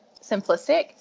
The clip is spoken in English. simplistic